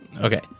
Okay